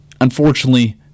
Unfortunately